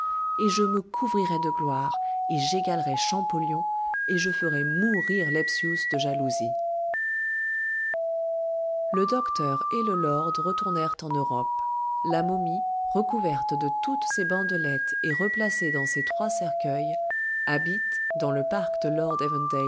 et je me couvrirai de gloire et j'égalerai champollion et je ferai mourir lepsius de jalousie le docteur et le lord retournèrent en europe la momie recouverte de toutes ses bandelettes et replacée dans ses trois cercueils habite dans le parc de